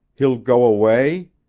he'll go away?